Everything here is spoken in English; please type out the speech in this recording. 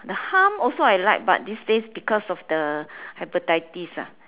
the hum also I like but these days because of the hepatitis ah